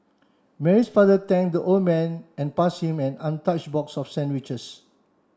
Mary's father thank the old man and pass him an untouched box of sandwiches